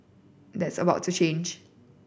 that is about to change